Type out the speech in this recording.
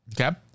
Okay